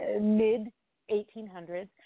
mid-1800s